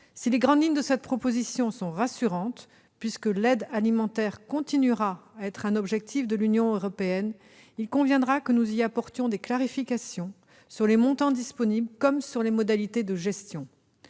Si les grandes lignes de cette proposition sont rassurantes, puisque l'aide alimentaire continuera à être un objectif de l'Union européenne, il conviendra que nous y apportions des clarifications, sur les montants disponibles comme sur les modalités de gestion.